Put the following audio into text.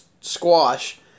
squash